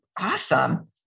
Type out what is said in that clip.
Awesome